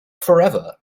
forever